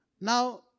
Now